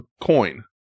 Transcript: coin